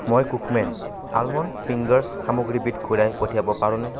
মই Cookman almond fingers সামগ্ৰীবিধ ঘূৰাই পঠিয়াব পাৰোঁনে